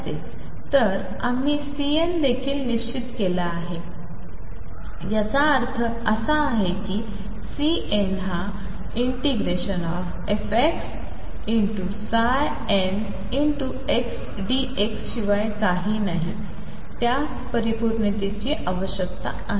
तर आम्हीCn देखील निश्चित केले आहे याचा अर्थ असा की जिथेCnहा fxndx शिवाय काही नाही त्यास परिपूर्णतेची आवश्यकता आहे